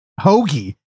hoagie